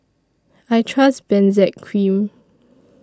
I Trust Benzac Cream